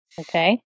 Okay